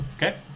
Okay